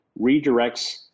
redirects